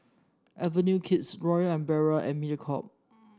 Avenue Kids Royal Umbrella and Mediacorp